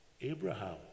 Abraham